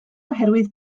oherwydd